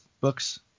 books